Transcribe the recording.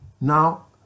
Now